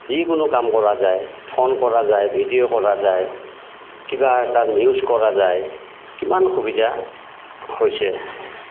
যিকোনো কাম কৰা যায় ফোন কৰা যায় ভিডিঅ' কৰা যায় কিবা এটা নিউজ কৰা যায় কিমান সুবিধা হৈছে